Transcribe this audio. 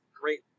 great